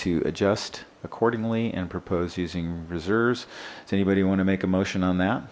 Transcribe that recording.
to adjust accordingly and propose using reserves does anybody want to make a motion on that